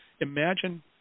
Imagine